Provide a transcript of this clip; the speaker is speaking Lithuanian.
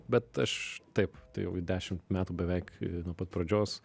bet aš taip tai jau dešimt metų beveik nuo pat pradžios